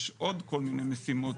יש עוד כל מיני משימות